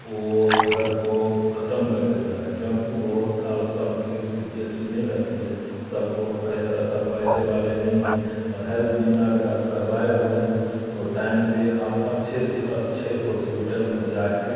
वह घर को ख़त्म कर देता है क्योंकि बहुत आप सब की स्थिति अच्छी नहीं रहती है सबको पैसा सब पैसे वाले नहीं हैं और हेल्थ बीमा अगर आप करवाए हुए हैं तो टाइम पर आप अच्छे से अच्छे हॉस्पिटल में जाकर